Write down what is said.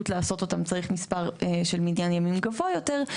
לעשות אותן צריך מספר בניינים גבוה יותר,